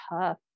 tough